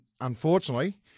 unfortunately